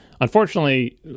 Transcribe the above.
Unfortunately